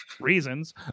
reasons